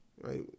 right